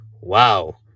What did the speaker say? wow